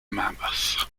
mammoth